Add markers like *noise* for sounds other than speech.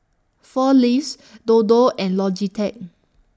four Leaves *noise* Dodo and Logitech